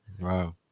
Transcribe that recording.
Wow